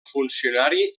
funcionari